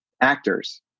actors